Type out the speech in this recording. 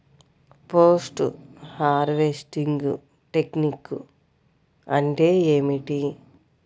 Post harvesting technique అంటే ఏమిటీ?